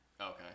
Okay